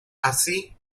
así